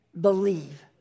believe